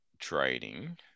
Trading